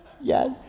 yes